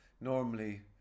normally